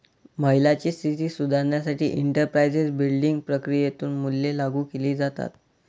महिलांची स्थिती सुधारण्यासाठी एंटरप्राइझ बिल्डिंग प्रक्रियेतून मूल्ये लागू केली जातात